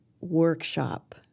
workshop